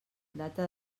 data